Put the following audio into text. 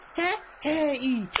Hey